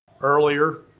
earlier